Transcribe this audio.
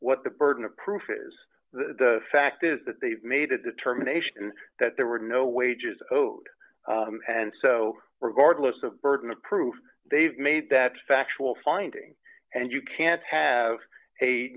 what the burden of proof is the fact is that they made a determination that there were no wage he's owed and so regardless of burden of proof they've made that factual finding and you can't have a